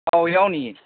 ꯑꯥꯎ ꯌꯥꯎꯅꯤꯌꯦ